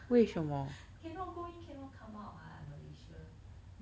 cannot go in cannot come out what malaysia